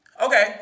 Okay